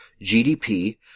GDP